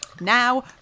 Now